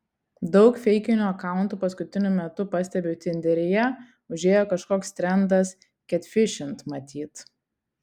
daug feikinių akauntų paskutiniu metu pastebiu tinderyje užėjo kažkoks trendas ketfišint matyt